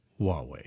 Huawei